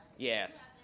yes.